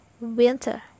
Winter